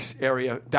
area